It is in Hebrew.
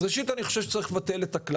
דרכך אני ממלאת טפסים.